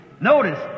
Notice